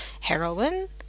heroin